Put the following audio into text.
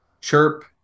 chirp